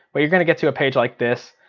well you're gonna get to page like this.